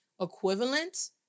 equivalent